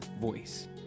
voice